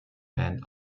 band